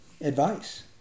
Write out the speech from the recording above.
advice